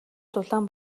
дулаан